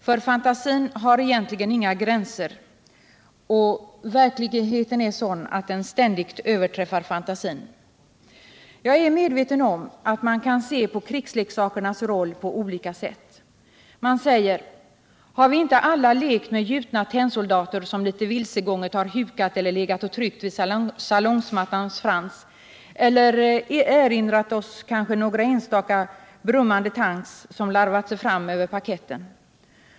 För fantasin har egentligen inga gränser och verkligheten är sådan att den ständigt överträffar fanta Nr 120 rg Fredagen den Jag är medveten om att man kan se på krigsleksakernas roll på olika sätt. 14 april 1978 Man säger: Har vi inte alla lekt med gjutna tennsoldater som litet vilsegånget har hukat eller legat och tryckt vid salongsmattans frans? Eller vi erinrar oss kanske några enstaka brummande tanks som har larvat sig fram över parketten.